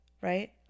right